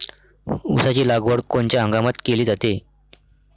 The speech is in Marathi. ऊसाची लागवड कोनच्या हंगामात केली जाते?